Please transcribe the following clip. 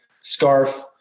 scarf